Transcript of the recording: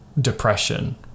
depression